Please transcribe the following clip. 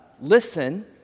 listen